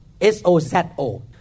S-O-Z-O